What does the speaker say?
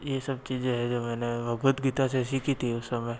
ये सब चीज़ें हैं जो मैंने भगवद गीता से सीखी थी उस समय